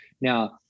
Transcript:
Now